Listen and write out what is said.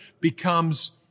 becomes